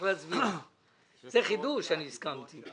זה חידוש שאני הסכמתי.